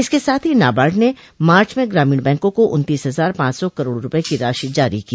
इसके साथ ही नाबार्ड ने मार्च में ग्रामीण बैंकों को उन्तीस हजार पांच सौ करोड़ रूपये की राशि जारी की